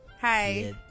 Hi